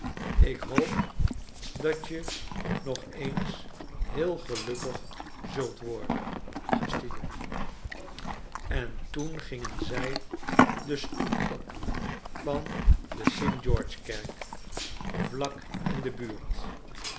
ik hoop dat je nog eens heel gelukkig zult worden beste jongen en toen gingen zij de stoep op van de st georgekerk vlak in de buurt